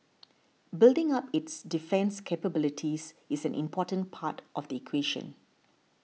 building up its defence capabilities is an important part of the equation